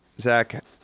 Zach